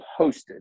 hosted